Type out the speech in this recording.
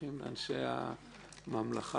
שמחים לאנשי הממלכה